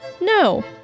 No